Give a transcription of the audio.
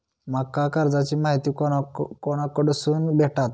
माका कर्जाची माहिती कोणाकडसून भेटात?